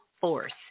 force